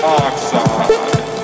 oxide